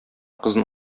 кызын